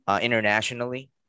internationally